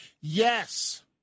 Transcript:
Yes